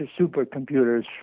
supercomputers